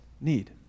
need